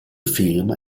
film